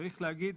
צריך להגיד